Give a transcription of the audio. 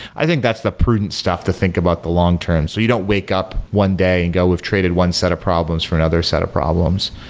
i think that's the prudent stuff to think about the long term, so you don't wake up one day and go, we've traded one set of problems for another set of problems.